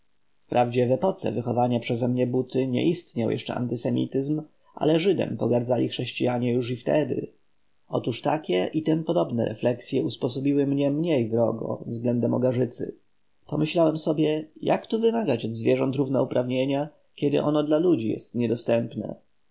w epoce wychowania przezemnie buty nie istniał jeszcze antisemityzm ale żydem pogardzali chrześcianie już i wtedy otóż takie i tym podobne refleksye usposobiły mnie mniej wrogo względem ogarzycy pomyślałem był sobie jak tu wymagać od zwierząt równouprawnienia kiedy ono dla ludzi jest niedostępne